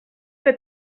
que